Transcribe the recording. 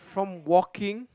from walking